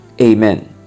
Amen